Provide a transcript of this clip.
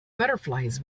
butterflies